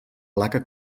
placa